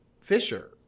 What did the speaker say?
Fisher